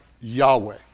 Yahweh